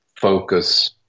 focus